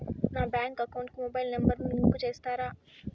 నా bank account కు mobile number ను లింకు చేస్తారా?